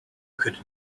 could